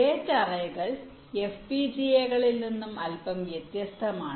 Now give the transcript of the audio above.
gate അറേകൾ FPGA കളിൽ നിന്ന് അല്പം വ്യത്യസ്തമാണ്